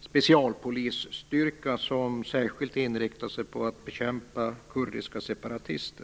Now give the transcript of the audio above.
specialpolisstyrka som särskilt inriktat sig på att bekämpa kurdiska separatister.